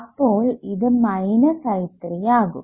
അപ്പോൾ ഇത് minus I3 ആകും